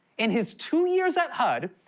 in his two years at hud,